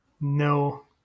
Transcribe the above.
no